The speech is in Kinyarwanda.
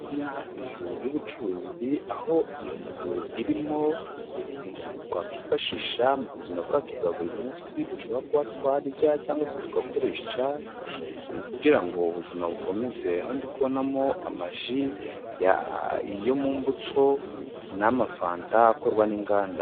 Urabona inzu y' ubucuruzi, aho iyo nzu irimo ibintu twakwifashisha mu buzima bwacu bwa buri munsi, dushobora kuba twarya, cyangwa se tugakoresha, kugira ngo ubuzima bukomeze. Aho ndikubonamo amaji yo mu mbuto n' amafanta akorwa n' inganda.